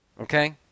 Okay